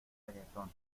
reggaeton